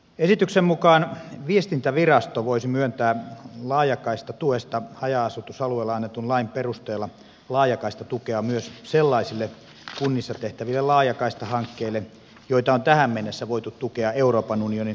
esityksen mukaan viestintävirasto voisi myöntää laajakaistatuesta haja asutusalueilla annetun lain perusteella laajakaistatukea myös sellaisille kunnissa tehtäville laajakaistahankkeille joita on tähän mennessä voitu tukea euroopan unionin maaseuturahastosta